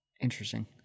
Interesting